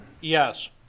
Yes